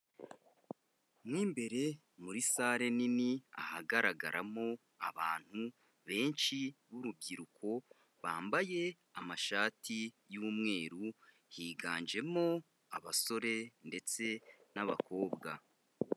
Mo imbere muri sale nini, ahagaragaramo abantu benshi b'urubyiruko bambaye amashati y'umweru, higanjemo abasore ndetse n'abakobwa.